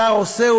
השר עושה,